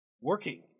working